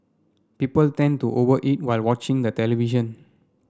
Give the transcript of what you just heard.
people tend to over eat while watching the television